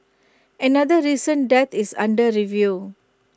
another recent death is under review